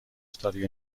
study